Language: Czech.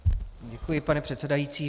Děkuji, pane předsedající.